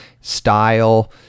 style